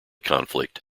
conflict